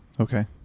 Okay